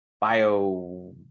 bio